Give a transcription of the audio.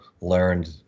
learned